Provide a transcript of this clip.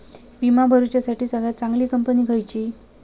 विमा भरुच्यासाठी सगळयात चागंली कंपनी खयची?